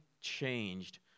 changed